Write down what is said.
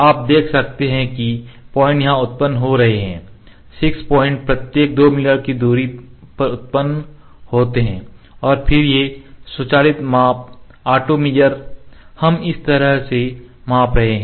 आप देख सकते हैं कि पॉइंट्स यहां उत्पन्न हो रहे हैं 6 पॉइंट्स प्रत्येक 2 मिमी की दूरी पर उत्पन्न होते हैं और फिर से स्वचालित माप हम इस तरह से मापते रहते हैं